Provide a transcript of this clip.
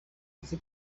uzi